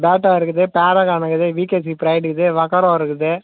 பேட்டா இருக்குது பேரகான் இருக்குது VKC Pride இருக்குது வாக்கரோ இருக்குது